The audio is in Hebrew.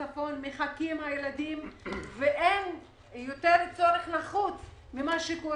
בצפון הילדים מחכים ואין דבר יותר נחוץ מזה.